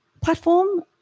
platform